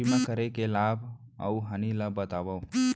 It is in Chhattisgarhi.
बीमा करे के लाभ अऊ हानि ला बतावव